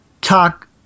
talk